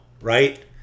right